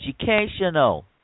educational